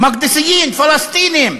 "מקדסיין", פלסטינים.